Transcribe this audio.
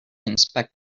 inspect